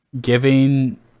giving